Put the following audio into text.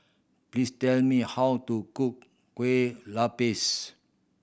please tell me how to cook kue lupis